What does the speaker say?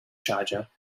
charger